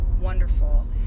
wonderful